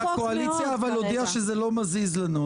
הקואליציה הודיעה שזה לא מזיז לנו.